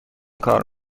کار